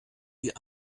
die